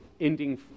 ending